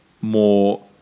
more